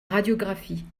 radiographie